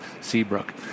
Seabrook